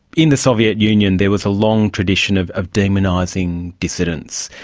in the soviet union there was a long tradition of of demonising dissidents,